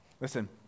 Listen